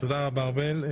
תודה רבה, ארבל.